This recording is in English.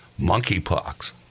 monkeypox